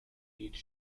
each